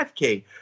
5K